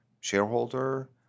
shareholder